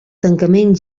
tancament